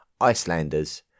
Icelanders